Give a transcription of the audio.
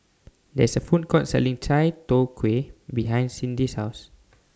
There IS A Food Court Selling Chai Tow Kuay behind Cydney's House